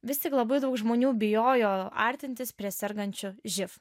vis tik labai daug žmonių bijojo artintis prie sergančių živ